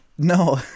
No